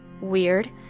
weird